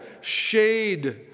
shade